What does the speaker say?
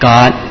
God